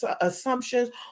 assumptions